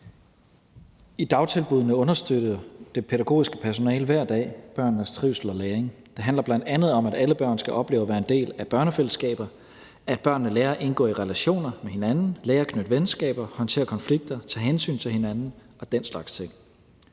I dagtilbuddene understøtter det pædagogiske personale hver dag børnenes trivsel og læring. Det handler bl.a. om, at alle børn skal opleve at være en del af et børnefællesskab, at børnene lærer at indgå i relationer med hinanden, lærer at knytte venskaber, håndtere konflikter, tage hensyn til hinanden og den slags ting.